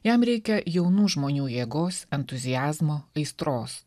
jam reikia jaunų žmonių jėgos entuziazmo aistros